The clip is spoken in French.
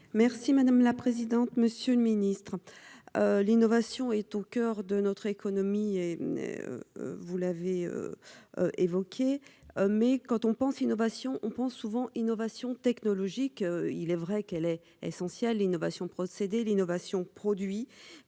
Merci madame la présidente, monsieur le Ministre, l'innovation est au coeur de notre économie et vous l'avez évoqué, hein, mais quand on pense innovation on pense souvent, innovation technologique, il est vrai qu'elle est essentielle, innovation procédé l'innovation produit